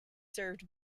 served